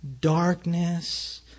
darkness